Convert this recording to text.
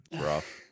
Rough